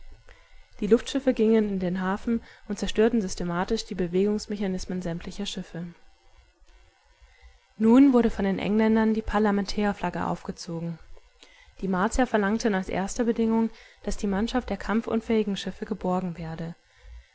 die luftschiffe gingen in den hafen und zerstörten systematisch die bewegungsmechanismen sämtlicher schiffe nun wurde von den engländern die parlamentärflagge aufgezogen die martier verlangten als erste bedingung daß die mannschaft der kampfunfähigen schiffe geborgen werde